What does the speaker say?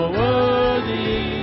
worthy